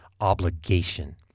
obligation